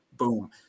boom